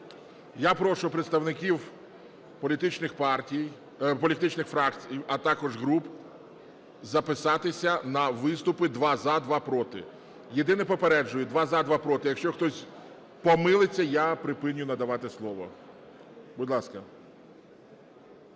партій, політичних фракцій, а також груп, записатися на виступи: два – за, два – проти. Єдине, попереджую: два – за, два – проти. Якщо хтось помилиться, я припиню надавати слово. Будь ласка.